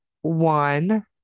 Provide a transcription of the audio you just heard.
one